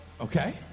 Okay